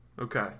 Okay